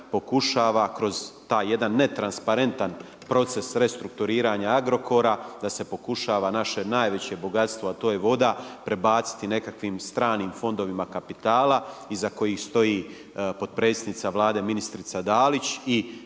pokušava kroz taj jedan netransparentan proces restrukturiranja Agrokora da se pokušava naše najveće bogatstvo, a to je voda, prebaciti nekakvim stranim fondovima kapitala iza kojih stoji potpredsjednica Vlade ministrica Dalić i